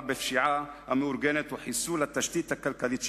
בפשיעה המאורגנת הוא חיסול התשתית הכלכלית שלה,